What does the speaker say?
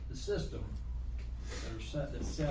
system are set this yeah